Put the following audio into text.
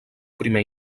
primer